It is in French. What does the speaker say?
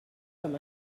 comme